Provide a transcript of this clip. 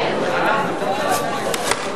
כל הכבוד לביבי.